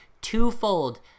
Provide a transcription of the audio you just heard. twofold